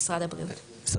משרד הבריאות?